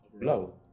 Low